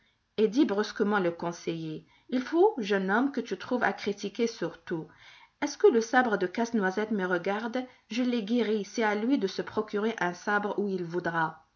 eh dit brusquement le conseiller il faut jeune homme que tu trouves à critiquer sur tout est-ce que le sabre de casse-noisette me regarde je l'ai guéri c'est à lui de se procurer un sabre où il voudra